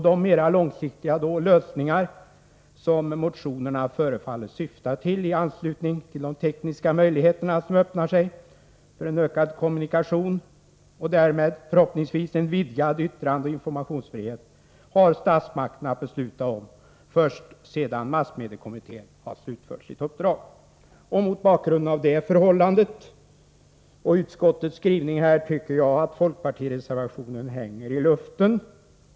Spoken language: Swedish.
De mer långsiktiga lösningar som motionerna förefaller syfta till, i anslutning till de tekniska möjligheter som öppnar sig till ökad kommunikation och därmed förhoppningsvis till vidgad yttrandeoch informationsfrihet, har statsmakterna att besluta om först sedan massmediekommittén har slutfört sitt uppdrag. Mot bakgrund av det förhållandet — och utskottets skrivning — tycker jag att folkpartireservationen hänger i luften.